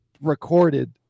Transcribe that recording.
recorded